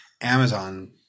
Amazon